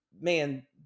man